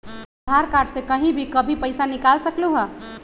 आधार card से कहीं भी कभी पईसा निकाल सकलहु ह?